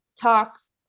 talks